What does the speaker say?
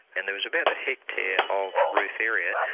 and there was about a hectare of roof area,